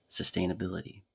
sustainability